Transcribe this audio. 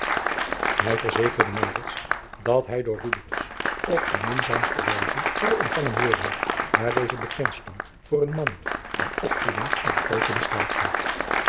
hij verzekerde maurits dat hij door rubbens op de minzaamste wijze zou ontvangen worden daar deze bekend stond voor een man van opvoeding en groote beschaafdheid